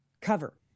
cover